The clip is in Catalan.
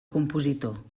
compositor